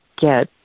get